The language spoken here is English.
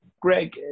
Greg